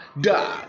Da